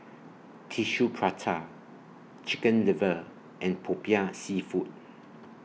Tissue Prata Chicken Liver and Popiah Seafood